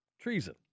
Treason